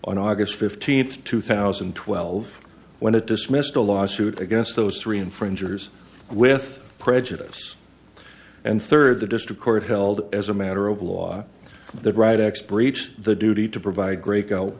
on august fifteenth two thousand and twelve when it dismissed a lawsuit against those three infringers with prejudice and third the district court held as a matter of law the right acts breach the duty to provide great go